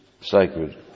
sacred